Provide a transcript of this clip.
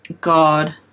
God